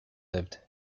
lived